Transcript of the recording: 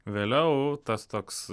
vėliau tas toks